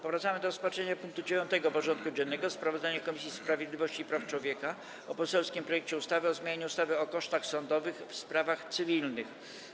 Powracamy do rozpatrzenia punktu 9. porządku dziennego: Sprawozdanie Komisji Sprawiedliwości i Praw Człowieka o poselskim projekcie ustawy o zmianie ustawy o kosztach sądowych w sprawach cywilnych.